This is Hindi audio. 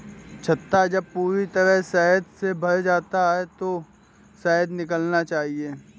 छत्ता जब पूरी तरह शहद से भरा हो तभी शहद निकालना चाहिए